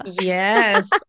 Yes